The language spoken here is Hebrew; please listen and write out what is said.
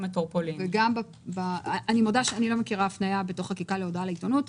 אני מודה שאני לא מכירה הפניה בתוך חקיקה להודעה לעיתונות.